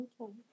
Okay